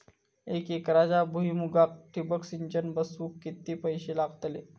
एक एकरच्या भुईमुगाक ठिबक सिंचन बसवूक किती पैशे लागतले?